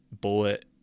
bullet